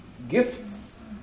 Gifts